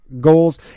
goals